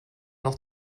noch